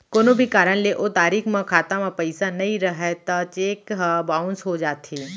कोनो भी कारन ले ओ तारीख म खाता म पइसा नइ रहय त चेक ह बाउंस हो जाथे